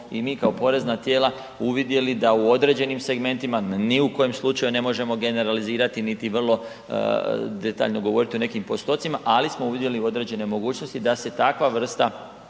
i mi kao porezna tijela uvidjeli da u određenim segmentima ni u kojem slučaju ne možemo generalizirati niti vrlo detaljno govoriti o nekim postocima, ali smo uvidjeli određene mogućnosti da se takva vrsta